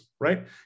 right